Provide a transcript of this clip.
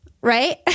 right